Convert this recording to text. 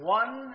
one